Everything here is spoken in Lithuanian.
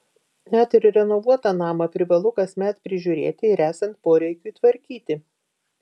net ir renovuotą namą privalu kasmet prižiūrėti ir esant poreikiui tvarkyti